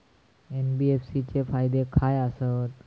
NBFC चे फायदे खाय आसत?